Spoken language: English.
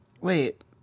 Wait